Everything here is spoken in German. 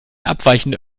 abweichende